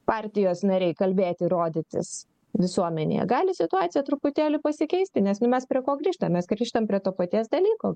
partijos nariai kalbėti rodytis visuomenėje gali situacija truputėlį pasikeisti nes mes prie ko grįžtam mes grįžtam prie to paties dalyko